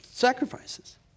sacrifices